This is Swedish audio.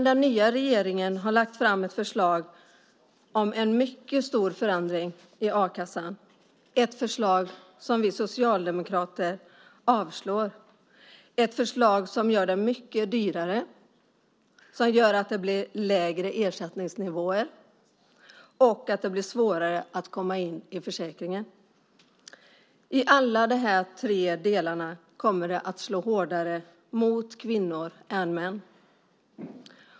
Den nya regeringen har lagt fram ett förslag om en mycket stor förändring i a-kassan, ett förslag som vi socialdemokrater avstyrker, ett förslag som gör det mycket dyrare, som gör att det blir lägre ersättningsnivåer och som gör det svårare att komma in i försäkringen. I alla de här tre delarna kommer det att slå hårdare mot kvinnor än mot män.